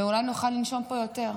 ואולי נוכל לנשום פה יותר.